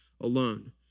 alone